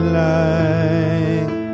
light